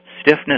stiffness